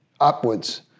upwards